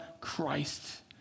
Christ